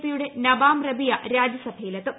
P യുടെ നബാം റെബിയ രാജ്യസഭയിലെത്തും